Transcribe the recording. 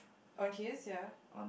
or kiss ya